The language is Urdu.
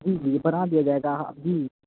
جی جی بنا دیا جائے گا جی